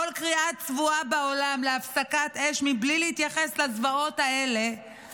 כל קריאה צבועה בעולם להפסקת אש בלי להתייחס לזוועות האלה היא